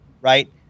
right